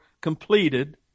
completed